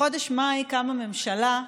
בחודש מאי קמה ממשלה,